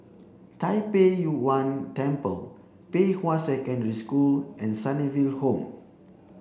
Tai Pei Yuen Temple Pei Hwa Secondary School and Sunnyville Home